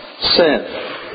sin